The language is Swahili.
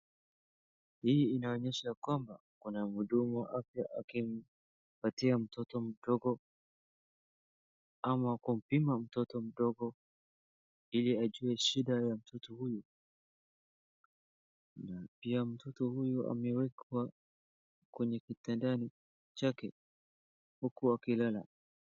Hii inaonyesha ya kwamba, kuna mhudumu wa afya akimpatia mtoto mdogo ama kumpima mtoto mdogo ili ajue shida ya mtoto huyu, na pia mtoto huyu amewekwa kwenye kitandani chake huku akilala.